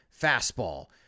fastball